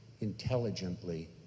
intelligently